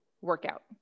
workout